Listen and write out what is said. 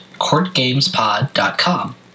CourtGamesPod.com